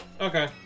okay